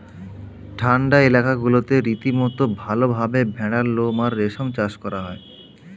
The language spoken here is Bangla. ঠান্ডা এলাকাগুলোতে রীতিমতো ভালভাবে ভেড়ার লোম আর রেশম চাষ করা হয়